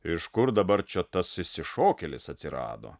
iš kur dabar čia tas išsišokėlis atsirado